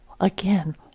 again